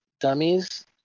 dummies